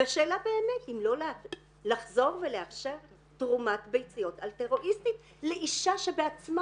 והשאלה באמת אם לא לחזור ולאפשר תרומת ביציות אלטרואיסטית לאישה שבעצמה